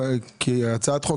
כי הצעת חוק,